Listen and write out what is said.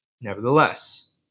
Nevertheless